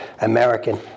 American